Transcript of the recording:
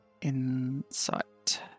Insight